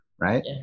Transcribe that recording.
Right